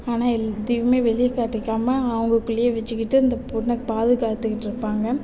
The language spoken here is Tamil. ஆனால் எதையுமே வெளியே காட்டிக்காமல் அவங்கக்குள்ளையே வச்சுக்கிட்டு அந்த பொண்ணை பாதுகாத்துக்கிட்டிருப்பாங்க